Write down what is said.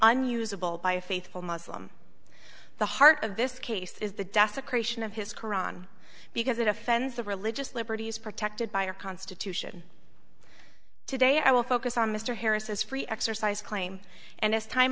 unusable by a faithful muslim the heart of this case is the desecration of his qur'an because it offends the religious liberties protected by our constitution today i will focus on mr harris's free exercise claim and as time